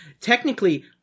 technically